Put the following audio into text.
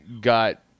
got